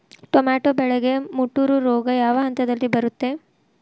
Tomato ಬೆಳೆಗೆ ಮುಟೂರು ರೋಗ ಯಾವ ಹಂತದಲ್ಲಿ ಬರುತ್ತೆ?